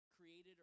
Created